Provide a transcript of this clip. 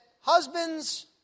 husbands